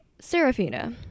Serafina